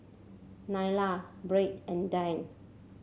Nylah Byrd and Dayne